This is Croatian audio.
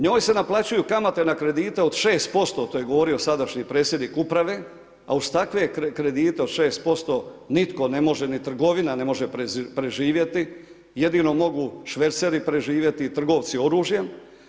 Njoj se naplaćuju kamate na kredite od 6%, to je govorio sadašnji predsjednik uprave a uz takve kredite od 6% nitko ne može ni trgovina ne može preživjeti, jedino mogu šverceri preživjeti i trgovci oružjem.